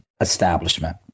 establishment